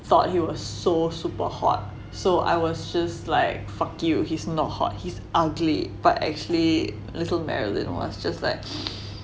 thought he was so super hot so I was just like fuck you he's not hot he's ugly but actually little marilyn was just like